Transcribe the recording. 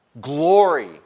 glory